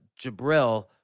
Jabril